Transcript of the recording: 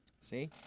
See